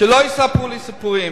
שלא יספרו לי סיפורים.